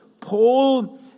Paul